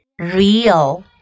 real